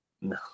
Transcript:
No